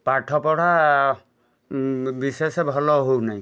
ପାଠ ପଢା ବିଶେଷ ଭଲ ହେଉନାହିଁ